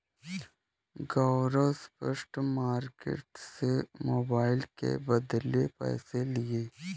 गौरव spot market से mobile के बदले पैसे लिए हैं